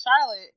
Charlotte